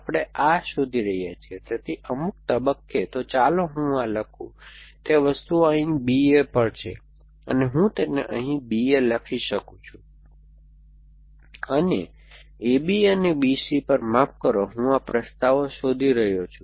આપણે આ શોધી રહ્યા છીએ તેથી અમુક તબક્કે તો ચાલો હું લખું કે તે વસ્તુઓ અહીં B A પર છે અને હું તેને અહીં BA લખી શકું છું અને AB અને BC પર માફ કરશો હું આ પ્રસ્તાવો શોધી રહ્યો છું